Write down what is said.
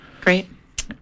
Great